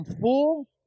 full